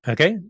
Okay